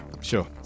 Sure